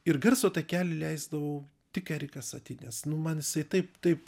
ir garso takelį leisdavau tik eriką saty nes nu man jisai taip taip